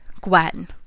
Gwen